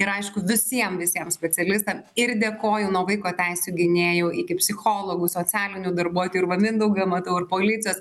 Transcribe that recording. ir aišku visiem visiem specialistam ir dėkoju nuo vaiko teisių gynėjų iki psichologų socialinių darbuotojų ir va mindaugą matau ir policijos